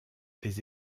les